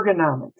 ergonomics